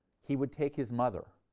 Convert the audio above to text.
he would take his mother.